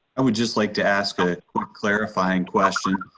i would just like to ask a clarifying question.